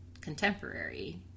contemporary